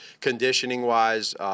conditioning-wise